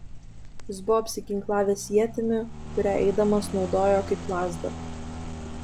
jis buvo apsiginklavęs ietimi kurią eidamas naudojo kaip lazdą